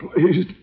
Please